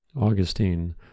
Augustine